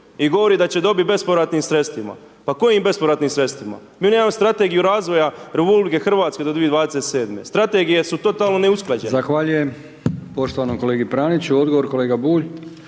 i govori da će dobit bespovratnim sredstvima, pa kojim bespovratnim sredstvima, mi nemamo strategiju razvoja RH do 2027.g., strategije su totalno neusklađene.